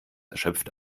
erschöpft